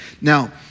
Now